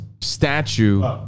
statue